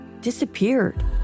disappeared